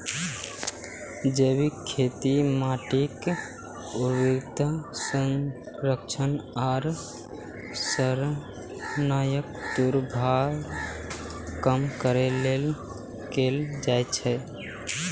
जैविक खेती माटिक उर्वरता संरक्षण आ रसायनक दुष्प्रभाव कम करै लेल कैल जाइ छै